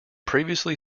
previously